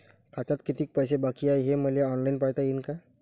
खात्यात कितीक पैसे बाकी हाय हे मले ऑनलाईन पायता येईन का?